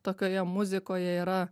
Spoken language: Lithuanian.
tokioje muzikoje yra